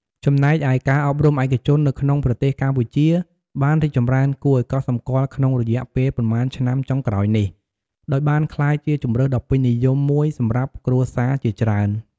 ចំណែកឯការអប់រំឯកជននៅក្នុងប្រទេសកម្ពុជាបានរីកចម្រើនគួរឱ្យកត់សម្គាល់ក្នុងរយៈពេលប៉ុន្មានឆ្នាំចុងក្រោយនេះ ដោយបានក្លាយជាជម្រើសដ៏ពេញនិយមមួយសម្រាប់គ្រួសារជាច្រើន។